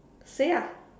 say ah